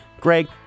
Greg